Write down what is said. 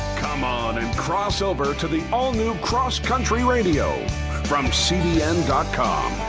come on and cross over to the all new cross country radio from cbn com.